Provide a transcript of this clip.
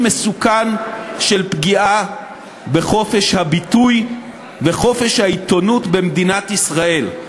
לפגיעה בחופש הביטוי וחופש העיתונות במדינת ישראל.